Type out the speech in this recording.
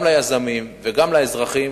גם ליזמים וגם לאזרחים,